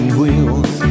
wheels